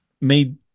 Made